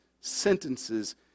sentences